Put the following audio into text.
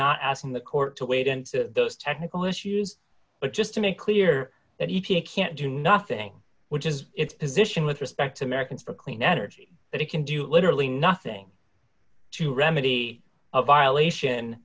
not asking the court to wade into those technical issues but just to make clear that he can't do nothing which is its position with respect americans for clean energy that it can do literally nothing to remedy of violation